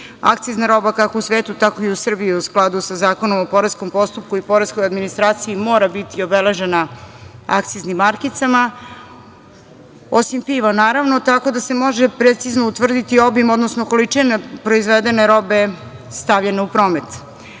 Akcizna roba kako u svetu, tako i u Srbiji je u skladu sa Zakonom o poreskom postupku i poreskoj administraciji mora biti obeležena akciznim markicama, osim piva, naravno, tako da se može precizno utvrditi obim, odnosno količina proizvedene robe stavljena u promet. Prodaja